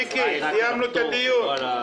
מיקי, סיימנו את הדיון?